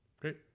great